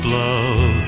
love